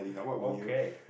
okay